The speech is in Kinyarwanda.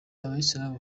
abayisilamu